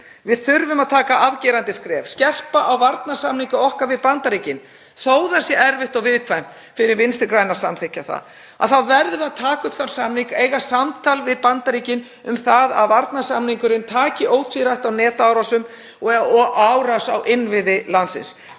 Við þurfum að taka afgerandi skref, skerpa á varnarsamningi okkar við Bandaríkin. Þó að það sé erfitt og viðkvæmt fyrir Vinstri græn að samþykkja það þá verðum við að taka upp þann samning, eiga samtal við Bandaríkin um að varnarsamningurinn taki ótvírætt á netárásum og árásum á innviði landsins,